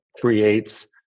creates